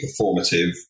performative